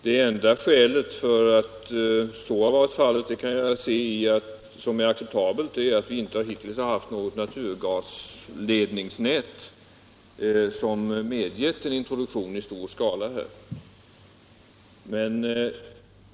Det enda skälet till att så har varit fallet som jag kan se som acceptabelt är att vi inte hittills har haft något naturgasledningsnät som medgett en introduktion i stor skala.